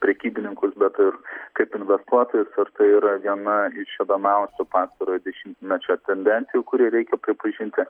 prekybininkus bet ir kaip investuotojus ir tai yra viena iš įdomiausių pastarojo dešimtmečio tendencijų kuri reikia pripažinti